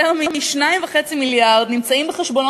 יותר מ-2.5 מיליארד נמצאים בחשבונות